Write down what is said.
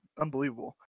unbelievable